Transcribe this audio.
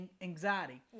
anxiety